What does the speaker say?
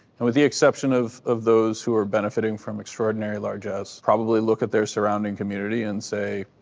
and with the exception of of those who are benefiting from extraordinary largess, probably look at their surrounding community and say,